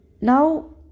now